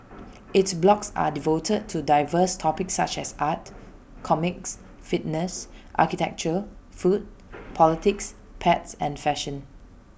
its blogs are devoted to diverse topics such as art comics fitness architecture food politics pets and fashion